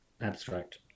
abstract